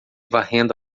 varrendo